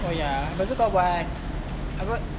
oh ya lepas tu kau buat apa